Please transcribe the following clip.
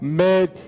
made